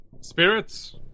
spirits